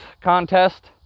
contest